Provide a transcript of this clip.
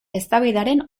eztabaidaren